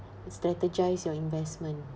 strategise your investment